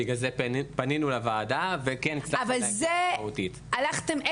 בגלל זה פנינו לוועדה ובגלל זה הצלחנו להגדיל משמעותית.